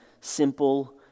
simple